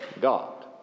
God